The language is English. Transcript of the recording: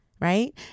Right